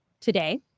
today